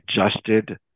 adjusted